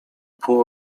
pół